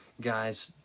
guys